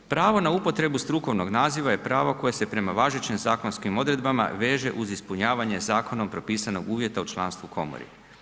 Pravo na upotrebu strukovnog naziva je pravo koje se prema važećim zakonskim odredbama veže uz ispunjavanje zakonom propisanog uvjeta u članstvu u komori.